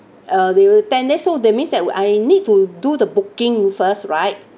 uh they were ten then so that means I need to do the booking first right